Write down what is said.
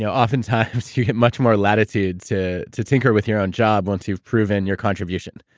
yeah oftentimes, you get much more latitude to to tinker with your own job once you've proven your contribution.